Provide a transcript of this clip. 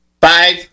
five